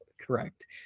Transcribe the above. correct